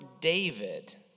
David